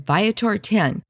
Viator10